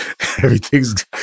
everything's